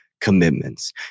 commitments